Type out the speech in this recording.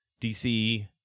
dc